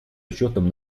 учетом